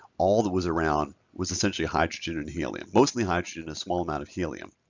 all that was around was essentially hydrogen and helium. mostly hydrogen, a small amount of helium,